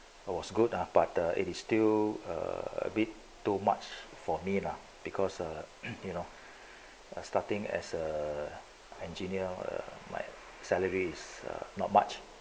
I was good at but the it is still a bit too much for me lah because you know I starting as a engineer like salaries are err not much